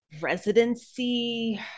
residency